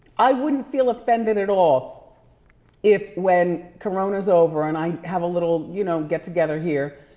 i wouldn't feel offended at all if when corona's over and i have a little, you know, get together here.